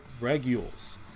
regules